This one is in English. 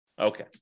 Okay